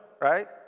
right